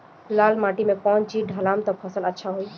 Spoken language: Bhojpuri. लाल माटी मे कौन चिज ढालाम त फासल अच्छा होई?